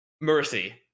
Mercy